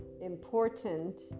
important